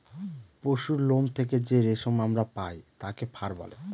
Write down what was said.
পশুরলোম থেকে যে রেশম আমরা পায় তাকে ফার বলে